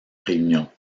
réunion